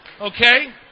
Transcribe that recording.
Okay